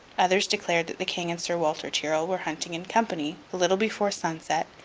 others declared that the king and sir walter tyrrel were hunting in company, a little before sunset,